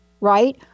right